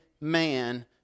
man